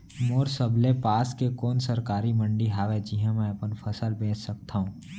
मोर सबले पास के कोन सरकारी मंडी हावे जिहां मैं अपन फसल बेच सकथव?